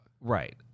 Right